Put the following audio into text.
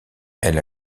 elle